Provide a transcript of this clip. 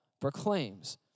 proclaims